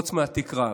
נפרוץ מהתקרה.